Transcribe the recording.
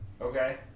Okay